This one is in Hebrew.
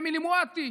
אמילי מואטי,